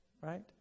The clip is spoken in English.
right